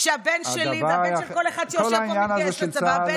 כשהבן שלי והבן של כל אחד שיושב פה מתגייס לצבא?